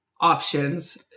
options